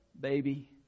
baby